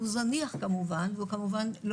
שהוא זניח כמובן והוא כמובן,